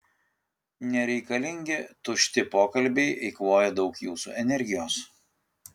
nereikalingi tušti pokalbiai eikvoja daug jūsų energijos